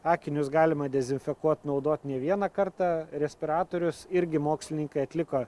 akinius galima dezinfekuot naudot ne vieną kartą respiratorius irgi mokslininkai atliko